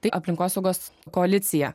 tai aplinkosaugos koalicija